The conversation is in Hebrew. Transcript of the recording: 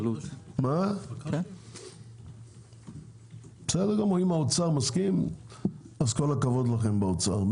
בסדר, גמור, אם האוצר מסכים, כל הכבוד לכם באוצר.